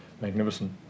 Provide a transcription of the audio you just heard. magnificent